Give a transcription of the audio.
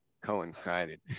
coincided